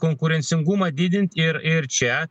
konkurencingumą didint ir ir čia